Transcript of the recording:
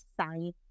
sign